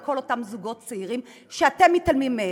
כל אותם זוגות צעירים שאתם מתעלמים מהם.